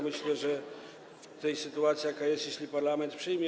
Myślę, że w sytuacji, jaka jest, jeśli parlament przyjmie.